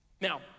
Now